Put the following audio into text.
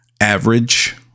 average